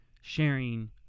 sharing